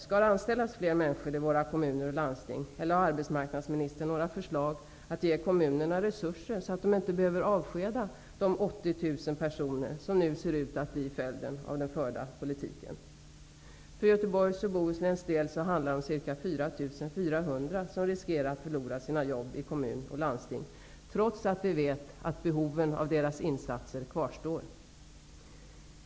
Skall det anställas fler människor i kommuner och landsting, eller har arbetsmarknadsministern några förslag som kan ge kommunerna resurser, så att de inte behöver avskeda de 80 000 personer som de nu måste avskeda till följd av den förda politiken? För Göteborgs och Bohus läns del är det ca 4 400 personer som riskerar att förlora sina jobb i kommuner och landsting, trots att behoven av deras insatser kvarstår.